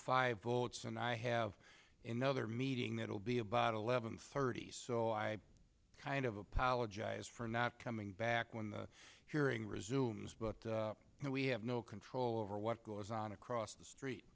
five votes and i have in the other meeting that will be about eleven thirty so i kind of apologize for not coming back when the hearing resumes but we have no control over what goes on across the street